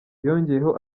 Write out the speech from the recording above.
yongeyeho